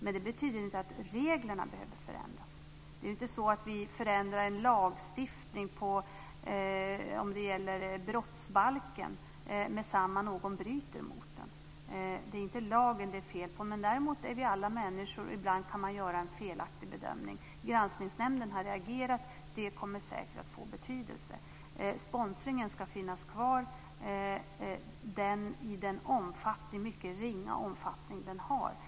Men det betyder inte att reglerna behöver förändras. Vi förändrar ju inte en lagregel i t.ex. brottsbalken så fort någon bryter mot den. Det är inte lagen som det är fel på. Däremot är vi alla människor, och ibland kan man göra en felaktig bedömning. Granskningsnämnden har reagerat, och det kommer säkert att få betydelse. Sponsringen ska finnas kvar i den mycket ringa omfattning som den har i dag.